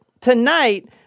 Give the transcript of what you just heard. tonight